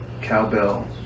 cowbell